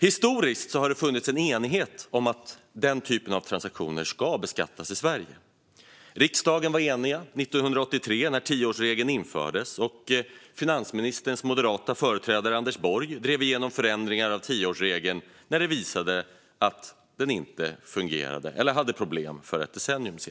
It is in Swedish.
Historiskt sett har det funnit enighet om att den typen av transaktioner ska beskattas i Sverige. Riksdagen var enig 1983, när tioårsregeln infördes. Finansministerns moderata företrädare Anders Borg drev igenom förändringar av tioårsregeln för ett decennium sedan, när det visade sig att den inte fungerade eller hade problem.